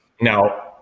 Now